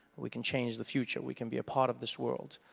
we can change the future, we can be a part of this world